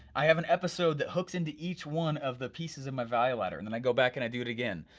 i have an episode that hooks into each one of the pieces of my value ladder. then i go back and i do it again,